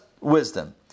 wisdom